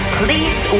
please